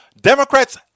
Democrats